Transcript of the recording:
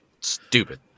stupid